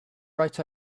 right